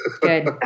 Good